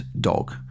dog